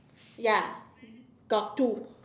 ya got two